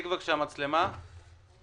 אני